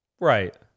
Right